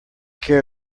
care